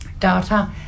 data